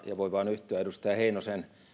voin vain yhtyä edustaja heinosen